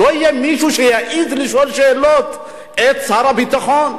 לא יהיה מישהו שיעז לשאול שאלות את שר הביטחון.